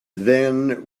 then